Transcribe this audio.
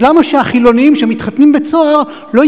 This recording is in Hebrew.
אז למה שהחילונים שמתחתנים ב"צהר" לא